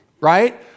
Right